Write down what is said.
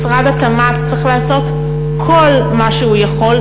משרד התמ"ת צריך לעשות כל מה שהוא יכול,